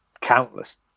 countless